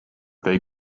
they